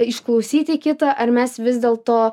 išklausyti kitą ar mes vis dėlto